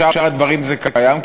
בשאר הדברים זה קיים,